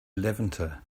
levanter